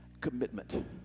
Commitment